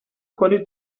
کنید